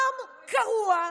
העם קרוע,